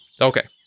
Okay